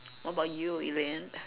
what about you Elaine